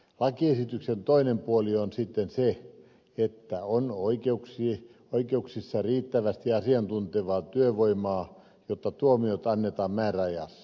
lakiesityksen toinen puoli on sitten se että on oikeuksissa riittävästi asiantuntevaa työvoimaa jotta tuomiot annetaan määräajassa